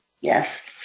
Yes